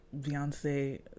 beyonce